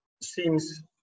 seems